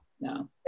no